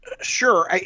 Sure